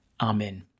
Amen